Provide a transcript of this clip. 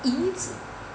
椅子